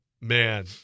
man